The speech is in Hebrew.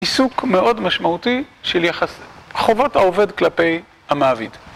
עיסוק מאוד משמעותי של יחס חובות העובד כלפי המעביד.